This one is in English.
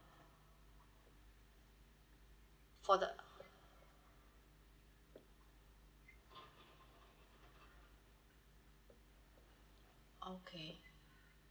for the okay